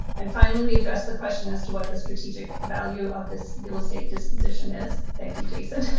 and finally, we address the question as to what the strategic value of this real estate disposition is. thank you, jason.